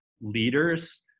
leaders